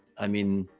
i mean